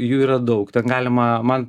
jų yra daug tad galima man